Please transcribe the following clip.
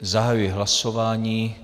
Zahajuji hlasování.